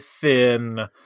thin